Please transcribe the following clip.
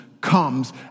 comes